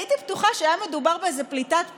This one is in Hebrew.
הייתי בטוחה שהיה מדובר באיזה פליטת פה,